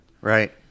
Right